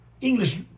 english